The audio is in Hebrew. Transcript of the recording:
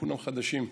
כולם חדשים.